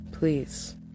Please